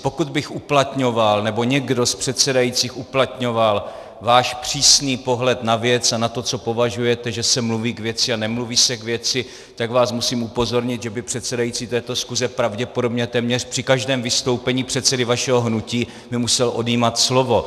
Pokud bych uplatňoval, nebo někdo z předsedajících uplatňoval váš přísný pohled na věc a na to, co považujete, že se mluví k věci a nemluví se k věci, tak vás musím upozornit, že by předsedající této schůzi pravděpodobně téměř při každém vystoupení předsedy vašeho hnutí musel odnímat slovo.